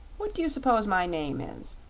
what do you suppose my name is?